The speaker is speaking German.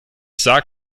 sah